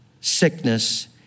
sickness